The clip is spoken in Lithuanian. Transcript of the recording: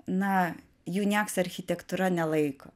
na jų nieks architektūra nelaiko